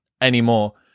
anymore